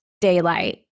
daylight